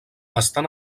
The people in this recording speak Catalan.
estan